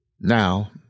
Now